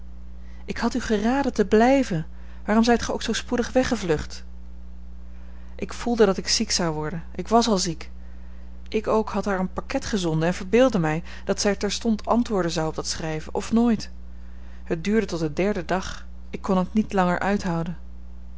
ik had u geraden te blijven waarom zijt gij ook zoo spoedig weggevlucht ik voelde dat ik ziek zou worden ik was al ziek ik ook had haar een pakket gezonden en verbeeldde mij dat zij terstond antwoorden zou op dat schrijven of nooit het duurde tot den derden dag ik kon het niet langer uithouden